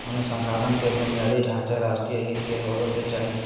अनुसंधान के बुनियादी ढांचा राष्ट्रीय हित के होबो के चाही